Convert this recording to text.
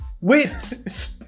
Wait